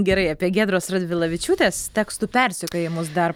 gerai apie giedros radvilavičiūtės tekstų persekiojimus dar